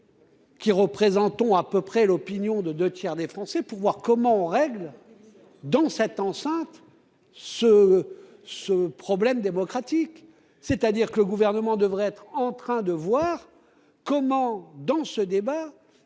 Qui représentons à peu près l'opinion de 2 tiers des Français pour voir comment on règle. Dans cette enceinte ce ce problème démocratique, c'est-à-dire que le gouvernement devrait être en train de voir comment dans ce débat